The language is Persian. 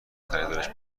خریدارش